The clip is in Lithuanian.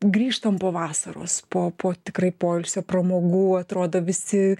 grįžtam po vasaros po po tikrai poilsio pramogų atrodo visi